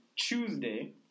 tuesday